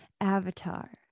Avatar